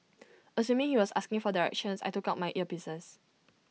assuming he was asking for directions I took out my earpieces